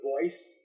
voice